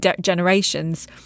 generations